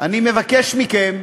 אני מבקש מכם,